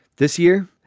this year,